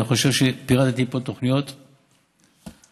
אני חושב שפירטתי פה תוכניות מדהימות.